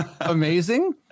amazing